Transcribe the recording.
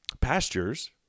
pastures